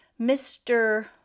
Mr